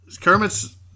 Kermit's